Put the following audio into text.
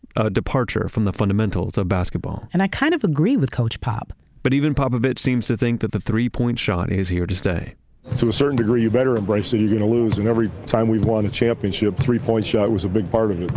a departure from the fundamentals of basketball and i kind of agree with coach pop but even popovich seems to think that the three-point shot is here to stay to a certain degree you better embrace it going to lose. and every time we've won a championship, three-point shot was a big part of it.